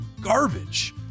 garbage